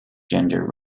gender